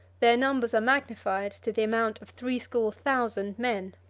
their numbers are magnified to the amount of threescore thousand men.